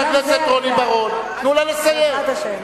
בעזרת השם.